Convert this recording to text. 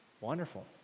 wonderful